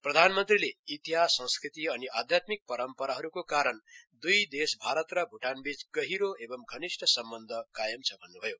प्रधानमन्त्रीले तिहास संस्कृति अनि अध्यात्मिक परम्पराहरूका कारण द्रई देश भारत र भूटान बीच गहिरो एवम धनिष्ठ सम्वन्ध कायम छ भन्न्भयो